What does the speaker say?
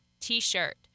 t-shirt